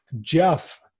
Jeff